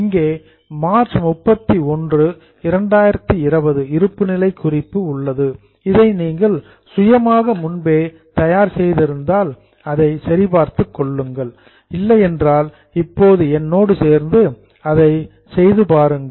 இங்கே மார்ச் 31 2020 இருப்புநிலைக் குறிப்பு உள்ளது இதை நீங்கள் சுயமாக முன்பே தயார் செய்திருந்தால் அதை சரி பார்த்துக் கொள்ளுங்கள் இல்லையென்றால் இப்போது என்னோடு சேர்ந்து அதை செய்து பாருங்கள்